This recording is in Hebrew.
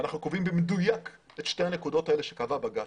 ואנחנו קובעים במדויק את שתי הנקודות האלה שקבע בג"ץ.